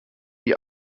die